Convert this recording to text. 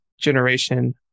generation